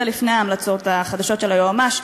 זה לפני ההמלצות החדשות של היועמ"ש,